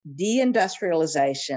deindustrialization